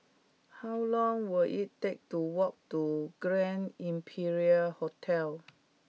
how long will it take to walk to Grand Imperial Hotel